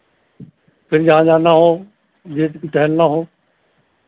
फिर जहाँ जाना हो जिस टहलना हो